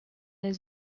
his